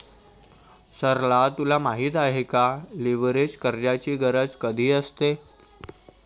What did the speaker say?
सरला तुला माहित आहे का, लीव्हरेज कर्जाची गरज कधी असते?